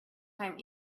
time